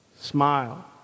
Smile